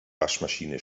waschmaschine